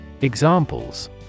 Examples